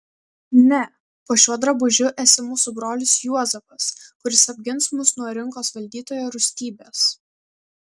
ne po šiuo drabužiu esi mūsų brolis juozapas kuris apgins mus nuo rinkos valdytojo rūstybės